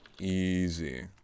Easy